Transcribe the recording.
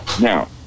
Now